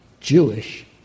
Jewish